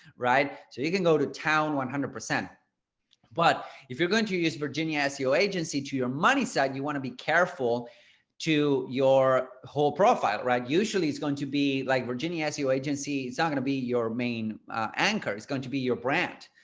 right? so you can go to town one hundred. but if you're going to use virginia seo agency to your money site, you want to be careful to your whole profile, right? usually it's going to be like virginia seo agency, it's not going to be your main anchor is going to be your brand,